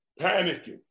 panicking